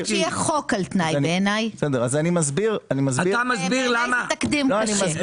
במקום שיהיה חוק על תנאי, בעיניי זה תקדים קשה.